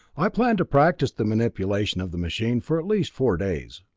i plan to practice the manipulation of the machine for at least four days,